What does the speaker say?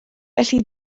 felly